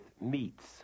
meats